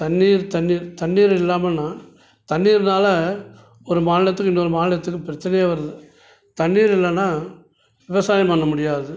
தண்ணீர் தண்ணீர் தண்ணீர் இல்லாமனால் தண்ணீர்னால் ஒரு மாநிலத்துக்கும் இன்னொரு மாநிலத்துக்குப் பிரச்சனையே வருது தண்ணீர் இல்லைன்னா விவசாயம் பண்ண முடியாது